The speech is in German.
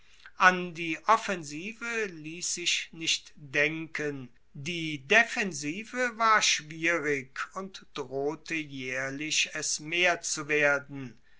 an die offensive liess sich nicht denken die defensive war schwierig und drohte jaehrlich es mehr zu werden